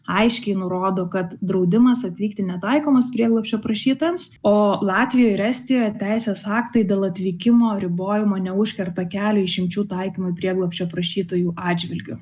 aiškiai nurodo kad draudimas atvykti netaikomas prieglobsčio prašytojams o latvijoje ir estijoje teisės aktai dėl atvykimo ribojimo neužkerta kelio išimčių taikymui prieglobsčio prašytojų atžvilgiu